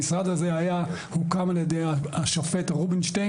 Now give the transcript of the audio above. המשרד הזה הוקם על ידי השופט רובינשטיין,